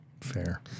fair